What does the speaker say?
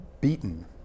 beaten